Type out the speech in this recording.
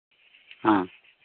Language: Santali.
ᱦᱮᱸ